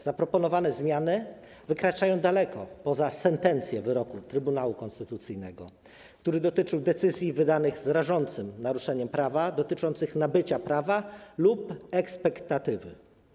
Zaproponowane zmiany wykraczają daleko poza sentencję wyroku Trybunału Konstytucyjnego, który dotyczył decyzji wydanych z rażącym naruszeniem prawa, dotyczących nabycia prawa lub ekspektatywy.